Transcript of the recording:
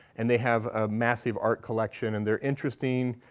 and they have a massive art collection. and they're interesting,